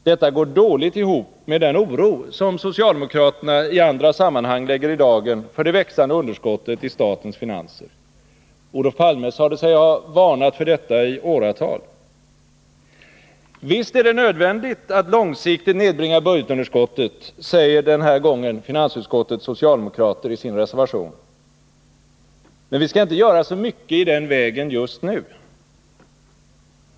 Detta går dåligt ihop med den oro som socialdemokraterna i andra sammanhang lägger i dagen för det växande underskottet i statens finanser. Olof Palme sade sig ha varnat för detta i åratal. Visst är det nödvändigt att långsiktigt nedbringa budgetunderskottet, säger den här gången finansutskottets socialdemokrat i sin reservation, men vi skall inte göra så mycket i den vägen just nu.